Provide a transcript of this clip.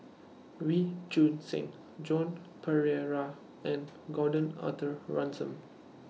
Wee Choon Seng Joan Pereira and Gordon Arthur Ransome